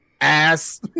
ass